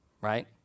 right